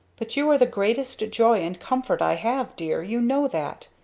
but you are the greatest joy and comfort i have, dear you know that.